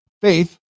faith